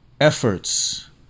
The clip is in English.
efforts